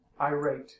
irate